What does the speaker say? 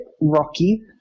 rocky